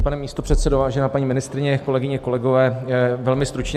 Vážený pane místopředsedo, vážená paní ministryně, kolegyně, kolegové, velmi stručně.